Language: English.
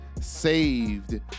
saved